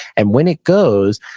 and when it goes,